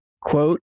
quote